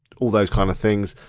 all those kind of things.